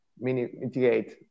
mitigate